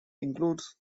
includes